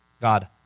God